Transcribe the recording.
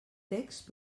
text